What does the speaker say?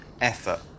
effort